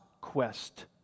quest